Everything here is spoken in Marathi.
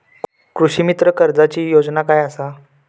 कृषीमित्र कर्जाची योजना काय असा?